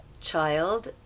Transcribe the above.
child